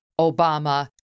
Obama